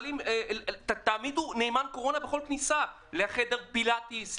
בקשות להעמיד נאמן קורונה בכל כניסה לחדר פילאטיס,